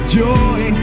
joy